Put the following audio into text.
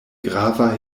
grava